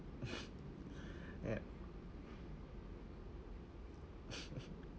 yup